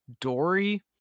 Dory